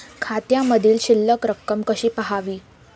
खात्यामधील शिल्लक रक्कम कशी पहावी?